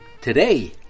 Today